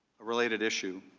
a related issue.